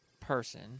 person